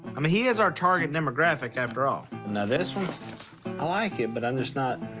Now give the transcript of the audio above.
i mean he is our target demographic, after all. now, this i like it, but i'm just not.